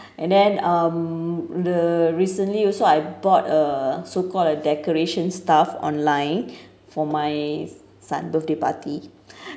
and then um the recently also I bought a so called a decoration stuff online for my son birthday party